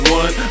one